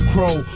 Crow